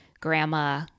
Grandma